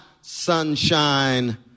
sunshine